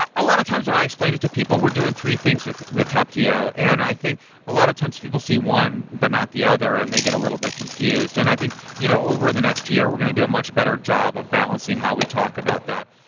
a a lot of times when i explain it to people, we're doing three things with with heptio, and i think a lot of times people see one but not the other and they get a little bit confused. and i think you know over the next year we're going to do a much better job of balancing how we talk about that,